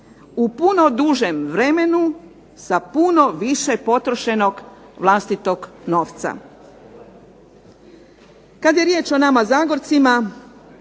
u puno dužem vremenu sa puno više potrošenog vlastitog novca. Kad je riječ o nama Zagorcima